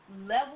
level